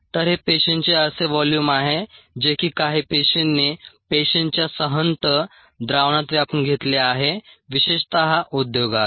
तर हे पेशींचे असे व्होल्यूम आहे जे की काही पेशींनी पेशींच्या सहंत द्रावणात व्यापून घेतले आहे विशेषत उद्योगात